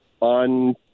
on